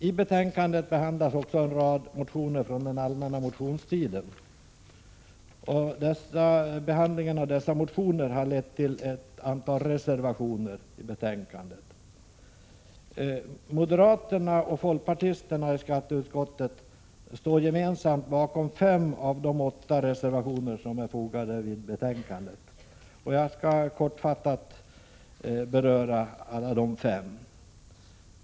I betänkandet behandlas också en rad motioner från den allmänna motionstiden. Behandlingen av dessa motioner har lett till ett antal reservationer i betänkandet. Moderaterna och folkpartisterna i skatteutskottet står gemensamt bakom fem av de åtta reservationer som är fogade till betänkandet. Jag skall kortfattat beröra alla fem.